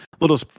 little